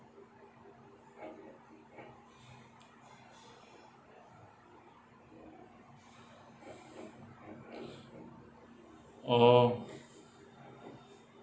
orh